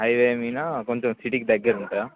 highway మీనా కొంచెం సిటీకి దగ్గర ఉంటుందా